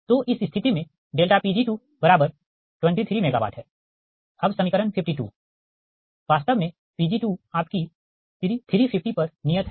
तो इस स्थिति में Pg223 MW हैं अब समीकरण 52 वास्तव में Pg2 आपकी 350 पर नियत है